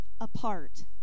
apart